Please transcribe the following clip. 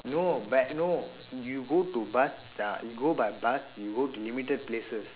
no but no you go to bus dah you go by bus you go to limited places